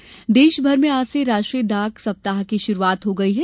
डाक सप्ताह देश भर में आज से राष्ट्रीय डाक सप्ताह की शुरूआत हो गई है